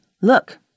Look